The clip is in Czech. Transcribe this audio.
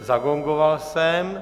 Zagongoval jsem.